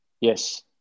Yes